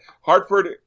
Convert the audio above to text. Hartford